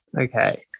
Okay